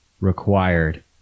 required